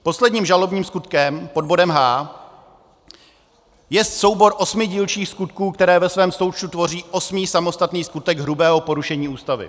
Posledním žalobním skutkem pod bodem H je soubor osmi dílčích skutků, které ve svém součtu tvoří osmý samostatný skutek hrubého porušení Ústavy.